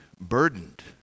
burdened